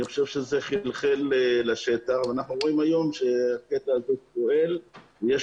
חושב שזה חלחל לשטח ואנחנו רואים היום שהדבר הזה פועל ויש